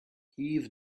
heave